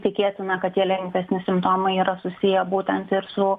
tikėtina kad tie lengvesni simptomai yra susiję būtent ir su